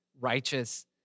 righteous